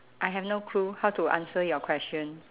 I have no clue how to answer your question